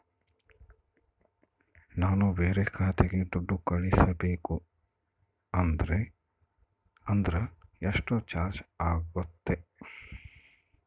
ನಾನು ಬೇರೆ ಖಾತೆಗೆ ದುಡ್ಡು ಕಳಿಸಬೇಕು ಅಂದ್ರ ಎಷ್ಟು ಚಾರ್ಜ್ ಆಗುತ್ತೆ?